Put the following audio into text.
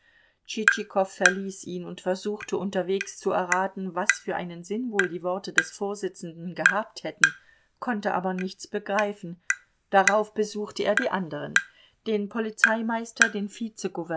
tschitschikow verließ ihn und versuchte unterwegs zu erraten was für einen sinn wohl die worte des vorsitzenden gehabt hätten konnte aber nichts begreifen darauf besuchte er die anderen den polizeimeister den